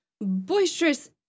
boisterous